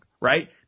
Right